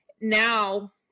now